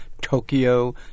Tokyo